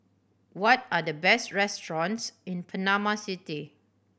what are the best restaurants in Panama City